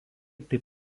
taip